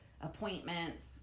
appointments